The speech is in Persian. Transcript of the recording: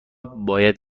باید